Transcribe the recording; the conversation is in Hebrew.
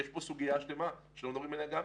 יש לנו ילד אחד,